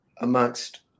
amongst